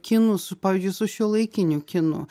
kinu su pavyzdžiui su šiuolaikiniu kinu